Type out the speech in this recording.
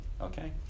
okay